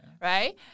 right